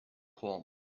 calmed